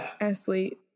athlete